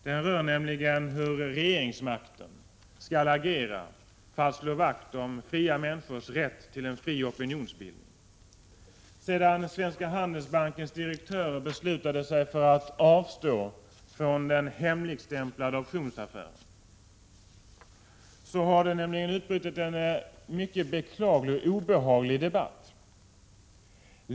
Den gäller nämligen hur regeringsmakten skall agera för att slå vakt om fria människors rätt till en fri opinionsbildning. Sedan Svenska Handelsbankens direktör beslutade sig för att avstå från den hemligstämplade optionsaffären har det utbrutit en mycket beklaglig och obehaglig debatt.